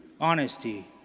honesty